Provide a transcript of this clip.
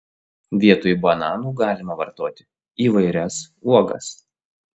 vietoj bananų galima vartoti įvairias uogas